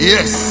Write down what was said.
Yes